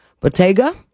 Bottega